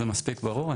זה מספיק ברור?